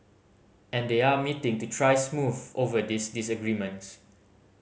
and they are meeting to try smooth over these disagreements